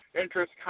interest